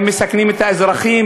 הם מסכנים את האזרחים,